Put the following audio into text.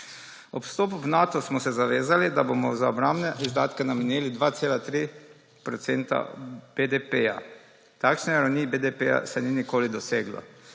Ob vstopu v Nato smo se zavezali, da bomo za obrambne izdatke namenili 2,3 procenta BDP. Takšne ravni BDP se ni nikoli doseglo.